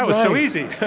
ah so easy.